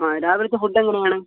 ആ രാവിലത്തെ ഫുഡ് എങ്ങനെയാണ്